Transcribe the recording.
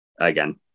again